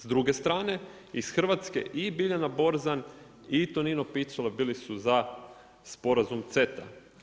S druge strane iz Hrvatske i Biljana Borzan i Tonino Picula bili su za sporazum CETA.